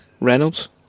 Reynolds